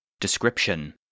Description